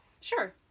Sure